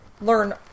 learn